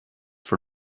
for